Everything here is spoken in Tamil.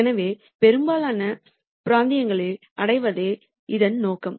எனவே பெரும்பாலான பிராந்தியங்களை அடைவதே இதன் நோக்கம்